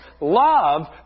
love